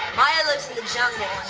maya lives in the jungle,